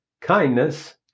kindness